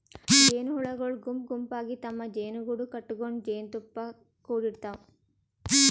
ಜೇನಹುಳಗೊಳ್ ಗುಂಪ್ ಗುಂಪಾಗಿ ತಮ್ಮ್ ಜೇನುಗೂಡು ಕಟಗೊಂಡ್ ಜೇನ್ತುಪ್ಪಾ ಕುಡಿಡ್ತಾವ್